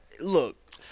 Look